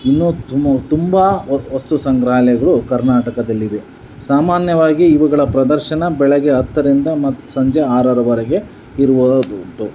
ಇನ್ನೂ ತುಂಬ ವಸ್ತು ಸಂಗ್ರಹಾಲಯಗಳು ಕರ್ನಾಟಕದಲ್ಲಿವೆ ಸಾಮಾನ್ಯವಾಗಿ ಇವುಗಳ ಪ್ರದರ್ಶನ ಬೆಳಗ್ಗೆ ಹತ್ತರಿಂದ ಮತ್ತು ಸಂಜೆ ಆರರವರೆಗೆ ಇರುವುದುಂಟು